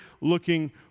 looking